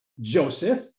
Joseph